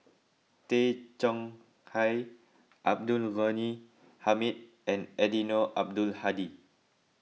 Tay Chong Hai Abdul Ghani Hamid and Eddino Abdul Hadi